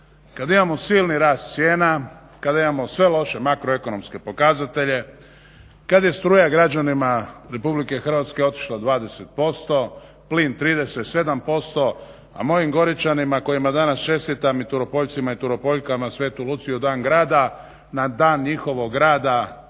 kad imamo silni rast cijena, kada imamo sve loše makroekonomske pokazatelje, kad je struja građanima Republike Hrvatske otišla 20%, plin 37%, a mojim Goričanima kojima danas čestitam i Turopoljcima i Turopoljkama svetu Luciju, dan grada, na dan njihovog grada